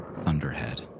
thunderhead